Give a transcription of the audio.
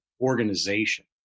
organization